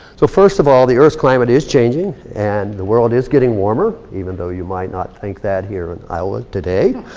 so first of all, the earth's climate is changing. and the world is getting warmer, even though you might not think that here in iowa today.